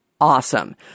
awesome